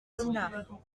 dinard